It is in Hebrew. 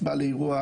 בא לאירוע,